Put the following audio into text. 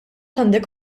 għandek